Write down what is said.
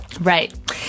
Right